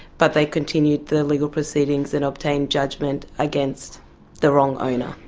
but they continued the legal proceedings and obtained judgement against the wrong owner.